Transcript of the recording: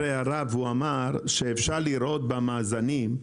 הערה והוא אמר שאפשר לראות במאזנים,